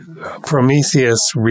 Prometheus